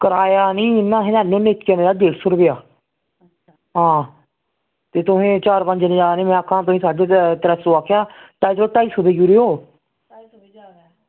किराया नी इंया अस लैने होने इक्क जनें दा डेढ़ सौ रपेआ आं ते तुस चार पंज जनें जाने तुसें ई साढ़े त्रै रपेआ आक्खेआ ते तुस ढाई सौ देई ओड़ेओ